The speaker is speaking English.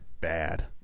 bad